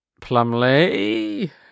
Plumley